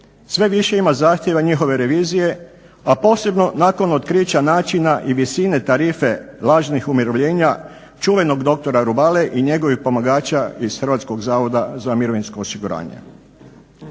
sve više ima zahtjeva njihove revizije, a posebno nakon otkrića načina i visine tarife lažnih umirovljenja čuvenog dr. Rubale i njegovih pomagača iz HZMO-a. Da ne bi ljaga